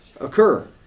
occur